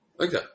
Okay